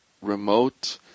remote